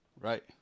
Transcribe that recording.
right